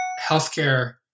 healthcare